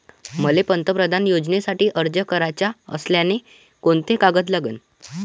मले पंतप्रधान योजनेसाठी अर्ज कराचा असल्याने कोंते कागद लागन?